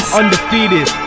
undefeated